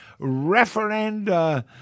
Referenda